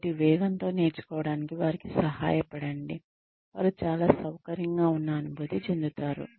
కాబట్టి వేగంతో నేర్చుకోవటానికి వారికి సహాయపడండి వారు చాలా సౌకర్యంగా ఉన్న అనుభూతి చెందుతారు